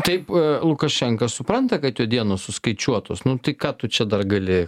taip lukašenka supranta kad jo dienos suskaičiuotos nu tai ką tu čia dar gali